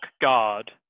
Guard